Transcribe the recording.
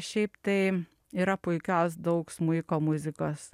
šiaip tai yra puikios daug smuiko muzikos